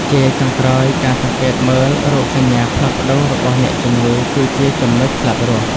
ជាចុងក្រោយ ការសង្កេតមើលរោគសញ្ញាផ្លាស់ប្តូររបស់អ្នកជំងឺគឺជាចំណុចស្លាប់រស់។